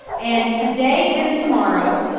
and today and tomorrow,